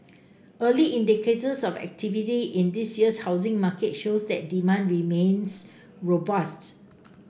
early indicators of activity in this year's housing market show that demand remains robusts